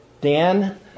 Dan